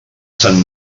sant